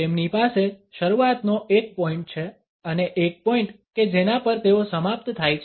તેમની પાસે શરૂઆતનો એક પોઇંટ છે અને એક પોઇંટ કે જેના પર તેઓ સમાપ્ત થાય છે